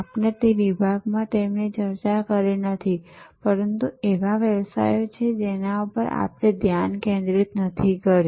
આપણે તે વિગતમાં તેની ચર્ચા કરી નથી પરંતુ એવા વ્યવસાયો છે જેના પર આપણે ધ્યાન કેન્દ્રિત નથી કર્યું